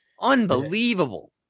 Unbelievable